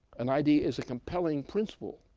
an idea is a compelling principle,